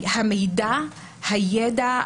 המידע, הידע,